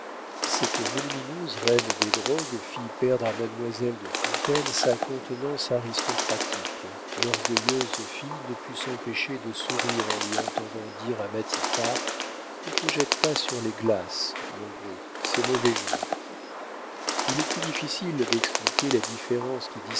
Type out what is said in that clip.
cette volumineuse reine des drogues fit perdre à mademoiselle de fontaine sa contenance aristocratique l'orgueilleuse fille ne put s'empêcher de sourire en lui entendant dire à matifat ne te jette pas sur les glaces mon gros c'est mauvais genre il est plus difficile d'expliquer la différence qui